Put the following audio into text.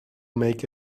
make